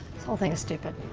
this whole thing is stupid.